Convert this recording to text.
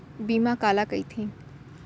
बीमा काला कइथे?